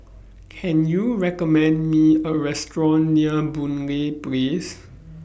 Can YOU recommend Me A Restaurant near Boon Lay Place